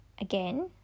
again